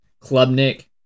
Klubnik